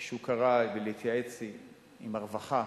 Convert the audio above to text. כשהוא קרא לי להתייעץ לגבי הרווחה,